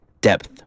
depth